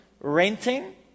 renting